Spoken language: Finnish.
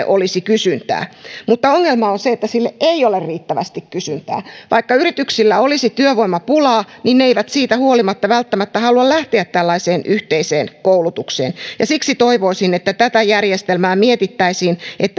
olisi kysyntää mutta ongelma on se että sille ei ole riittävästi kysyntää vaikka yrityksillä olisi työvoimapulaa niin ne eivät siitä huolimatta välttämättä halua lähteä tällaiseen yhteiseen koulutukseen siksi toivoisin että tätä järjestelmää mietittäisiin